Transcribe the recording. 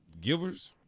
givers